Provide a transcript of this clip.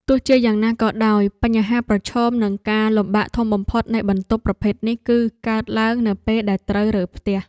ទោះជាយ៉ាងណាក៏ដោយបញ្ហាប្រឈមនិងការលំបាកធំបំផុតនៃបន្ទប់ប្រភេទនេះគឺកើតឡើងនៅពេលដែលត្រូវរើផ្ទះ។